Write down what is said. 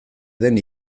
den